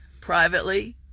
privately